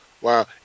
Wow